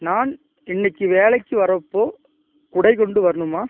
நான் இன்னைக்கு வேலைக்கு வர்றப்போ குடை கொண்டு வரணுமா